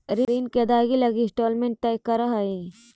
ऋण के अदायगी लगी इंस्टॉलमेंट तय रहऽ हई